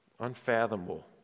unfathomable